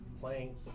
playing